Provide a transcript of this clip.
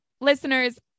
listeners